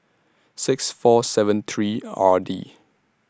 six four seven three R D